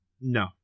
No